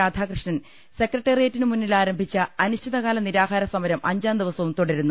രാധാ കൃഷ്ണൻ സെക്രട്ടേറിയറ്റിന് ുമുമ്പിൽ ആരംഭിച്ച അനിശ്ചിതകാല നിരാഹാരസമരം അഞ്ചാം ദ്രിവ്സവും തുടരുന്നു